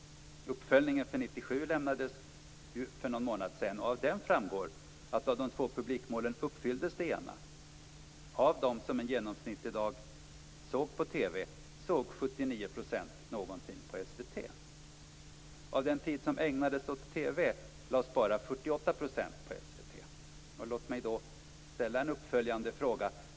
Uppföljningen för 1997 lämnades för någon månad sedan. Av den framgår att av de två publikmålen uppfylldes det ena; av dem som en genomsnittlig dag såg på TV såg 79 % någonting på SVT. Av den tid som ägnades åt TV lades bara 48 % på SVT. Låt mig ställa en uppföljande fråga.